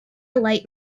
light